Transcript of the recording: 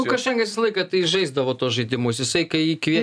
lukašenka jis visą laiką tai žaisdavo tuos žaidimus jisai kai jį kvietė